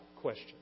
question